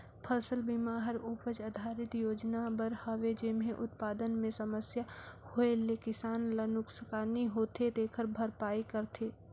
फसल बिमा हर उपज आधरित योजना बर हवे जेम्हे उत्पादन मे समस्या होए ले किसान ल नुकसानी होथे तेखर भरपाई करथे